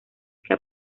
que